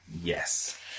Yes